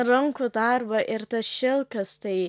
rankų darbo ir tas šilkas tai